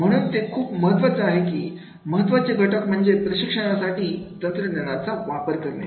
म्हणून ते खूप महत्त्वाचं आहे की महत्त्वाचे घटक म्हणजे प्रशिक्षणासाठी तंत्रज्ञानाचा वापर करणे